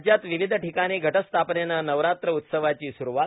राज्यात विविध ठिकाणी घटस्थापनेनं नवरात्र उत्सवाची स्रूवात